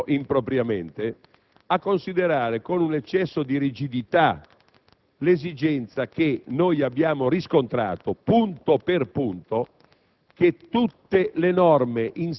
legittimamente, ma a mio avviso impropriamente, a considerare con un eccesso di rigidità l'esigenza che abbiamo riscontrato, punto per punto,